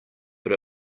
but